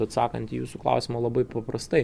atsakant į jūsų klausimą labai paprastai